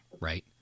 right